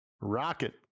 rocket